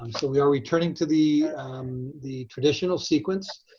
um so we are returning to the um the traditional sequence.